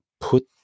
put